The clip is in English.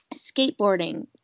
skateboarding